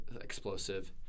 explosive